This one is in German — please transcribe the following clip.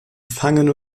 fangen